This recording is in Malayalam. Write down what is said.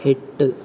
എട്ട്